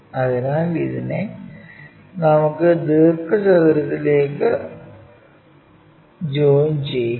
അതിനാൽ ഇതിനെ നമുക്കു ദീർഘചതുരത്തിലേക് ജോയിൻ ചെയ്യിക്കാം